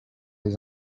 les